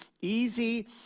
easy